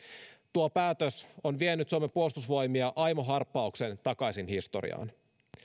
tuo päätös on vienyt suomen puolustusvoimia aimo harppauksen takaisin historiaan